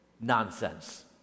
nonsense